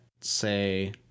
say